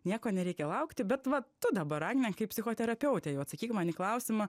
nieko nereikia laukti bet va tu dabar agne kaip psichoterapeutė jau atsakyk man į klausimą